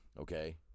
Okay